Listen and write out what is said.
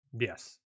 Yes